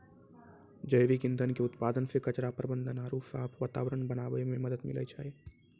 जैविक ईंधन के उत्पादन से कचरा प्रबंधन आरु साफ वातावरण बनाबै मे मदत मिलै छै